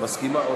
מסכימה.